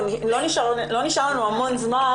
לא נשאר לנו המון זמן,